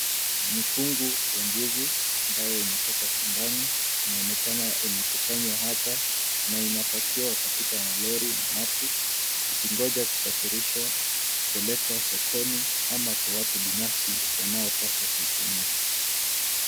Mikungu ya ndizi ambayo imetoka shambani inaonekana imekusanywa hapa na inapakiwa katika malori na watu ikingonja kusafirishwa kupelekwa sokoni ama kwa watu binafsi wanaotaka kuitumia.